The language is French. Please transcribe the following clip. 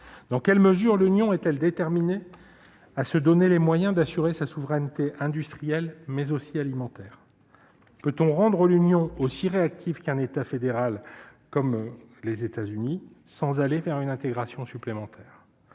Dans quelle mesure l'Union est-elle déterminée à se donner les moyens d'assurer sa souveraineté industrielle, mais aussi alimentaire ? Enfin, peut-on rendre l'Union aussi réactive qu'un État fédéral comme les États-Unis sans aller vers une intégration supplémentaire ?